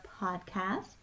podcast